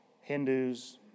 Hindus